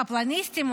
הקפלניסיטים,